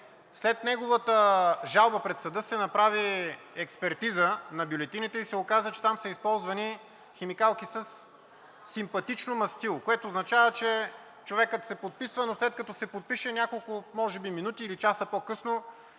След неговата жалба пред съда се направи експертиза на бюлетините и се оказа, че там са използвани химикалки със симпатично мастило, което означава, че човекът се подписва, но след като се подпише може би няколко минути или часа по-късно,